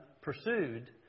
pursued